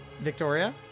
Victoria